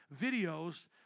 videos